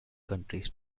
countries